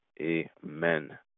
Amen